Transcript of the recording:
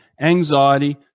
anxiety